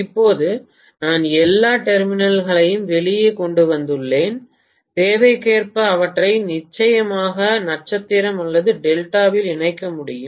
இப்போது நான் எல்லா டெர்மினல்களையும் வெளியே கொண்டு வந்துள்ளேன் தேவைக்கேற்ப அவற்றை நிச்சயமாக நட்சத்திரம் அல்லது டெல்டாவில் இணைக்க முடியும்